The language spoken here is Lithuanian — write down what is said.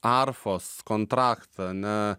arfos kontraktą ne